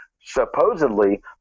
supposedly